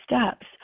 steps